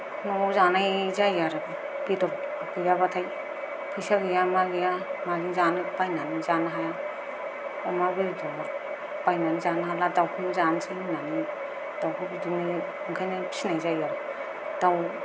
नआव जानाय जायो आरो बेदर गैयाबाथाय फैसा गैया मा गैया माजों जानो बायनानैबो जानो हाया अमा बेदर बायनानै जानो हाला दाउखौनो जानोसै होन्नानै दाउखौ बिदिनो ओंखायनो फिसिनाय जायो आरो दाउ